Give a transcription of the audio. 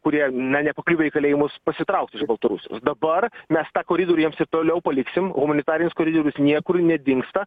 kurie na nepakliuvo į kalėjimus pasitraukti iš baltarusijos dabar mes tą koridorių jiems ir toliau paliksimhumanitarinis koridorius niekur nedingsta